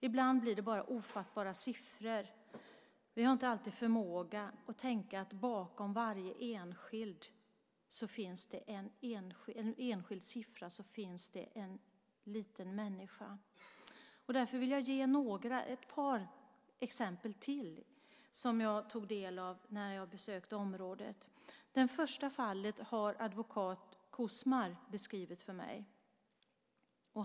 Ibland blir dessa siffror ofattbara. Vi har inte alltid förmåga att tänka att det bakom varje enskild siffra finns en liten människa. Därför vill jag ge ytterligare ett par exempel, som jag tog del av när jag besökte området. Det första fallet har advokat Quzmar beskrivit för mig.